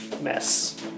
mess